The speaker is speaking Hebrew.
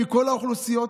מכל האוכלוסיות,